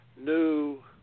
new